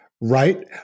right